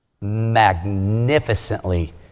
magnificently